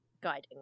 guiding